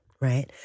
right